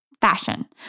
fashion